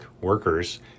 workers